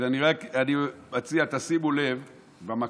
ואני רק מציע: תשימו לב במכות,